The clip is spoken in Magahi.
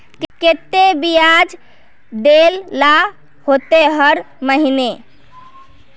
केते बियाज देल ला होते हर महीने?